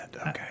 Okay